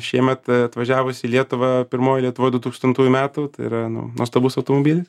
šiemet atvažiavus į lietuvą pirmoji lietuvoj du tūkstantųjų metų tai yra nu nuostabus automobilis